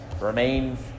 remains